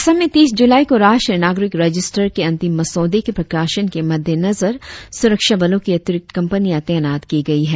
असम में तीस जुलाई को राष्ट्रीय नागरिक रजिस्टर के अंतिम मसौदे के प्रकाशन के मद्देनजर सुरक्षा बलों की अतिरिक्त कंपनियां तैनात की गई है